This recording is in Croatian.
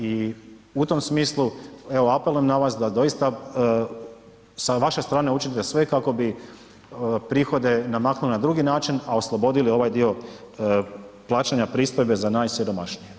I u tom smislu evo apel na vas da doista sa vaše strane učinite sve kako bi prihode namaknuli na drugi način, a oslobodili ovaj dio plaćanja pristojbe za najsiromašnije.